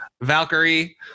Valkyrie